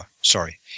sorry